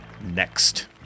next